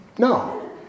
No